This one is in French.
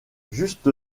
juste